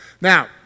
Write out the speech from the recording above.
Now